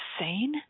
insane